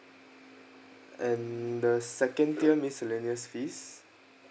and the second tier miscellaneous fees